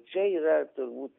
čia yra turbūt